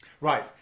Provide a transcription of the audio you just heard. Right